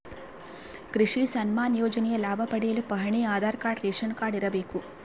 ಕೃಷಿ ಸನ್ಮಾನ್ ಯೋಜನೆಯ ಲಾಭ ಪಡೆಯಲು ಪಹಣಿ ಆಧಾರ್ ಕಾರ್ಡ್ ರೇಷನ್ ಕಾರ್ಡ್ ಇರಬೇಕು